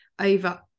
over